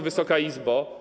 Wysoka Izbo!